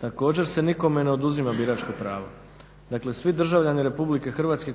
također se nikome ne oduzima biračko pravo. Dakle, svi državljani RH